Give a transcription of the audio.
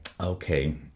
Okay